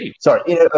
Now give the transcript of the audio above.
sorry